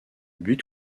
but